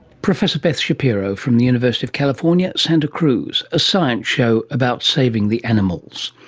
professor beth shapiro from the university of california, santa cruz. a science show about saving the animals.